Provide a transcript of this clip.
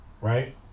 right